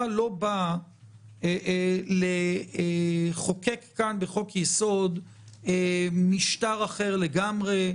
לא באה לחוקק כאן בחוק-יסוד משטר אחר לגמרי,